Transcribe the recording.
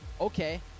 okay